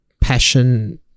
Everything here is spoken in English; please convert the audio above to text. passion